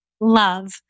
love